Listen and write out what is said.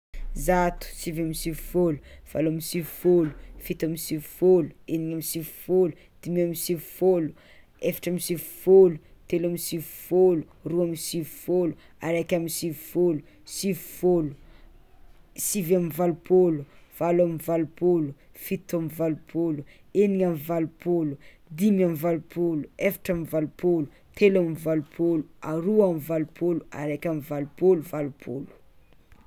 Zato, sivy amby sivifôlo, valo amby sivifôlo, fito amby sivifôlo, eniny amby sivifôlo, dimy amby sivifôlo, efatra amby sivifôlo, telo amby sivifôlo, roa amby sivifôlo, araiky amby sivifôlo, sivy fôlo, sivy amby valopôlo, valo amby valopôlo, fito amby valopôlo, eniny amby valopôlo, dimy amby valopôlo, efatra amby valopôlo, telo amby valopôlo, aroa amby valopôlo, araiky amby valopôlo, valopolo.